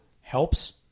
helps